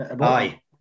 Aye